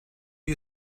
you